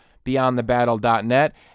beyondthebattle.net